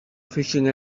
fishing